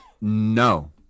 No